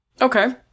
Okay